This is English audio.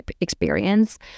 experience